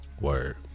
Word